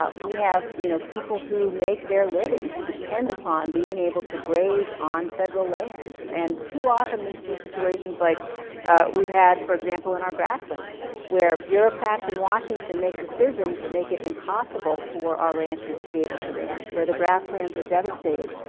ah we have, you know, people who make their living, who depend upon being able to graze on federal lands. and too often, we see situations like we've had, for example, in our grasslands where bureaucrats in washington make decisions that make it impossible for our ranchers to be able to ranch where the grasslands are devastated.